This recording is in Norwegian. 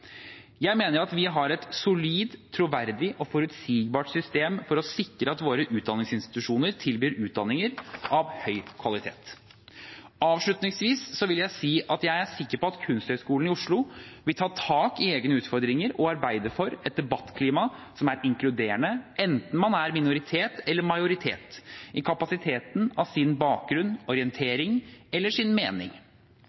Jeg mener at vi har et solid, troverdig og forutsigbart system for å sikre at våre utdanningsinstitusjoner tilbyr utdanninger av høy kvalitet. Avslutningsvis vil jeg si at jeg er sikker på at Kunsthøgskolen i Oslo vil ta tak i egne utfordringer og arbeide for et debattklima som er inkluderende, enten man er minoritet eller majoritet i kapasitet av sin bakgrunn,